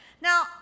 Now